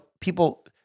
people